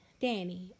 Danny